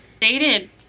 dated